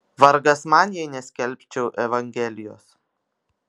vargas man jei neskelbčiau evangelijos